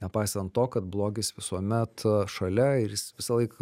nepaisan to kad blogis visuomet šalia ir jis visąlaik